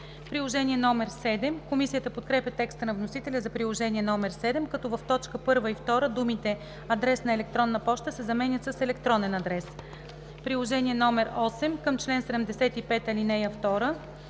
Приложение № 7. Комисията подкрепя текста на вносителя за Приложение № 7 като в т. 1 и 2 думите „адрес на електронна поща“ се заменят с „електронен адрес“. Приложение № 8 към чл. 75, ал. 2.